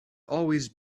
always